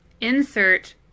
insert